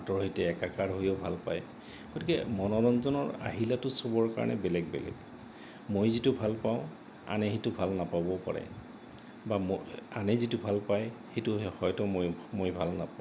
আঁতৰ সৈতে এককাৰ হৈও ভাল পায় গতিকে মনোৰঞ্জনৰ আহিলাটো চবৰ কাৰণে বেলেগ বেলেগ মই যিটো ভাল পাওঁ আনে সেইটো ভাল নাপাবও পাৰে বা ম আনে যিটো ভাল পায় সেইটো হয়তো মই মই ভাল নাপাওঁ